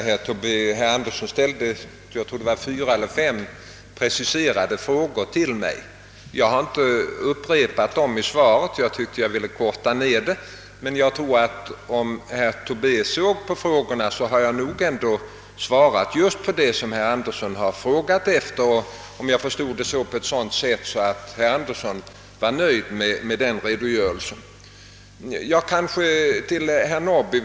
Herr talman! Herr Andersson i Storfors ställde fyra eller fem preciserade frågor till mig, herr Tobé, men jag har inte upprepat dem i svaret, eftersom jag ville korta ned det. Jag tror emellertid att om herr Tobé ser på herr Anderssons frågor skall han finna att jag har svarat på dem på ett sådant sätt att herr Andersson — om jag förstod honom rätt — var nöjd med redogörelsen.